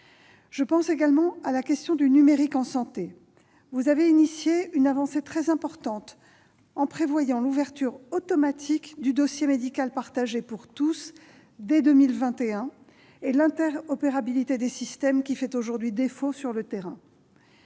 Je pense également à la question du numérique en santé. Vous avez initié une avancée très importante en prévoyant l'ouverture automatique du dossier médical partagé pour tous dès 2021 et l'interopérabilité des systèmes, qui fait aujourd'hui défaut sur le terrain.